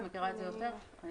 את מכירה את זה יותר?